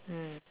mm